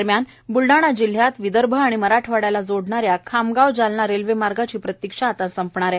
दरम्यान ब्लडाणा जिल्हयात विदर्भ मराठवाडयाला जोडणारा खामगाव जालना रेल्वेमार्गाची प्रतीक्षा आता संपणार आहे